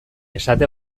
esate